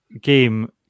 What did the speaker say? game